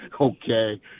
okay